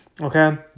Okay